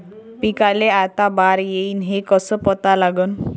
पिकाले आता बार येईन हे कसं पता लागन?